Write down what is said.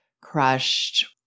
crushed